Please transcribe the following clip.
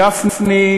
גפני,